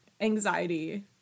anxiety